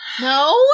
No